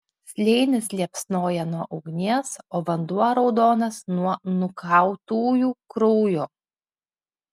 slėnis liepsnoja nuo ugnies o vanduo raudonas nuo nukautųjų kraujo